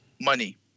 money